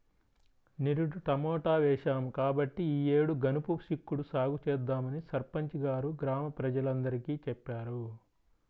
నిరుడు టమాటా వేశాం కాబట్టి ఈ యేడు గనుపు చిక్కుడు సాగు చేద్దామని సర్పంచి గారు గ్రామ ప్రజలందరికీ చెప్పారు